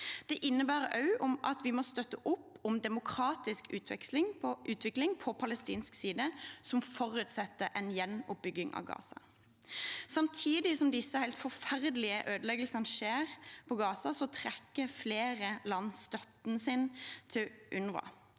Det innebærer også at vi må støtte opp om demokratisk utvikling på palestinsk side, som forutsetter en gjenoppbygging av Gaza. Samtidig som disse helt forferdelige ødeleggelsene skjer i Gaza, trekker flere land støtten sin til UNRWA,